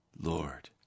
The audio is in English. Lord